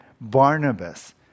Barnabas